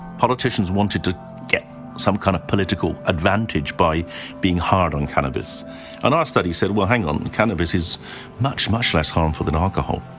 politicians wanted to get some kind of political advantage by being hard on cannabis and our study said, well hang on, cannabis is much, much less harmful than alcohol